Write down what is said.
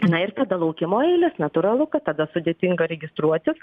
na ir tada laukimo eilės natūralu kad tada sudėtinga registruotis